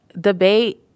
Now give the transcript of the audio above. Debate